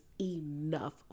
enough